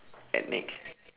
at nex